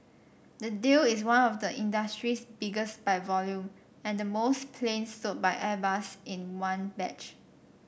the deal is one of the industry's biggest by volume and the most planes sold by Airbus in one batch